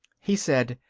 he said,